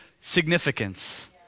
significance